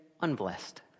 unblessed